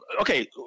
okay